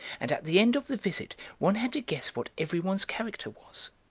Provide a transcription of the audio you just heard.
and at the end of the visit one had to guess what every one's character was.